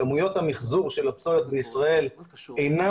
כמויות המחזור של הפסולת בישראל אינם